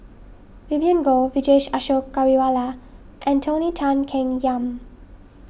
Vivien Goh Vijesh Ashok Ghariwala and Tony Tan Keng Yam